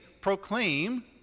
proclaim